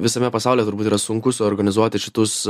visame pasaulyje turbūt yra sunku suorganizuoti šitus